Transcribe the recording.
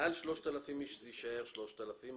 מעל 3,000 איש זה יישאר 3,000 שקל.